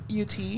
UT